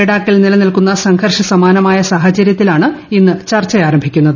ലഡാക്കിൽ നിലനിൽക്കുന്ന സംഘർഷസമാനമായ സാഹചരൃത്തിലാണ് ഇന്ന് ചർച്ച ആരംഭിക്കുന്നത്